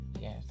Yes